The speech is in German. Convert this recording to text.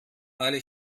alle